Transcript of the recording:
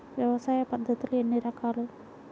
వ్యవసాయ పద్ధతులు ఎన్ని రకాలు?